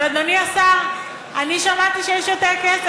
אבל, אדוני השר, אני שמעתי שיש יותר כסף.